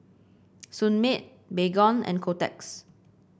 Sunmaid Baygon and Kotex